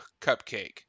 cupcake